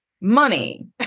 money